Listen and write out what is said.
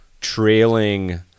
trailing